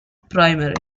primary